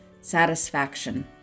satisfaction